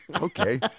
Okay